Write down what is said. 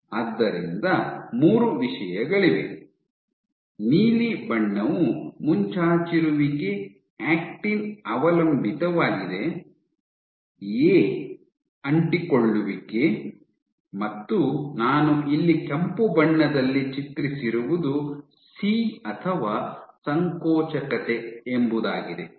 ಆದ್ದರಿಂದ ಮೂರು ವಿಷಯಗಳಿವೆ ನೀಲಿ ಬಣ್ಣವು ಮುಂಚಾಚಿರುವಿಕೆ ಆಕ್ಟಿನ್ ಅವಲಂಬಿತವಾಗಿದೆ ಎ ಅಂಟಿಕೊಳ್ಳುವಿಕೆ ಮತ್ತು ನಾನು ಇಲ್ಲಿ ಕೆಂಪು ಬಣ್ಣದಲ್ಲಿ ಚಿತ್ರಿಸಿರುವುದು ಸಿ ಅಥವಾ ಸಂಕೋಚಕತೆ ಎಂಬುದಾಗಿದೆ